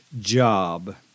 job